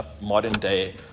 modern-day